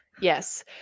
Yes